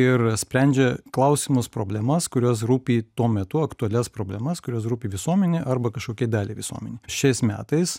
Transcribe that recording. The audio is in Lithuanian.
ir sprendžia klausimus problemas kurios rūpi tuo metu aktualias problemas kurios rūpi visuomenei arba kažkokiai daliai visuomenės šiais metais